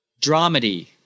dramedy